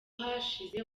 hashize